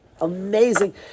Amazing